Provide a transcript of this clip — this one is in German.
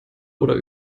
oder